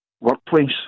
workplace